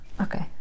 okay